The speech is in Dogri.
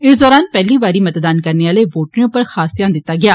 इस दौरान पैह्ली बारी मतदान करने वोटरें उप्पर खास घ्यान दित्ता गेआ